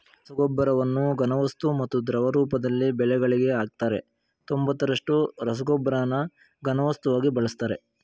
ರಸಗೊಬ್ಬರವನ್ನು ಘನವಸ್ತು ಮತ್ತು ದ್ರವ ರೂಪದಲ್ಲಿ ಬೆಳೆಗಳಿಗೆ ಹಾಕ್ತರೆ ತೊಂಬತ್ತರಷ್ಟು ರಸಗೊಬ್ಬರನ ಘನವಸ್ತುವಾಗಿ ಬಳಸ್ತರೆ